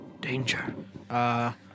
Danger